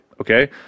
Okay